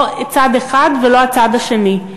לא צד אחד ולא הצד השני.